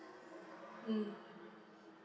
mm